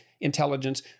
intelligence